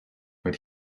but